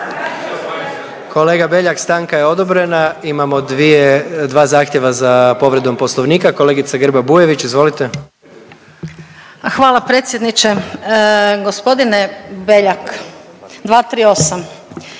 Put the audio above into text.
Kolega Beljak stanka je odobrena. Imamo dvije, dva zahtjeva za povredom Poslovnika. Kolegice Grba Bujević, izvolite. **Grba-Bujević, Maja (HDZ)** Hvala predsjedniče. Gospodine Beljak, 238.,